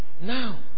Now